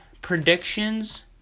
predictions